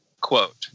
quote